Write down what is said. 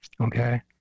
Okay